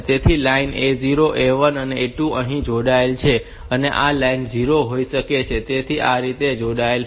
તેથી line A0 A1 અને A2 અહીં જોડાયેલ હોય છે અને આ લાઈન 0 હોઈ શકે છે તેથી તે આ સાથે જોડાયેલ હોય છે